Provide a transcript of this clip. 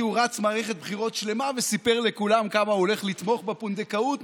כי הוא רץ מערכת בחירות שלמה וסיפר לכולם כמה הוא הולך לתמוך בפונדקאות,